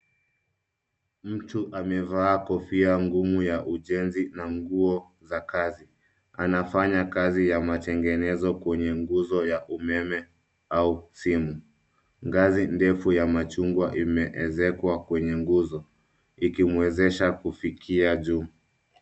Mtu amevaa kofia ngumu ya ujenzi na nguo za kazi. Anafanya kazi ya matengenezo kwenye nguzo ya umeme au simu. Ngazi ndefu ya machungwa imeezekwa kwenye nguzo ikimwezesha kufikia juu.